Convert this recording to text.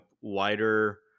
wider